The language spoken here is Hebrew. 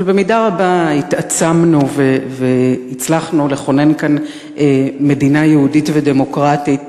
אבל במידה רבה התעצמנו והצלחנו לכונן כאן מדינה יהודית ודמוקרטית